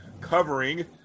covering